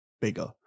bigger